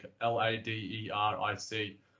l-a-d-e-r-i-c